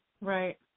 Right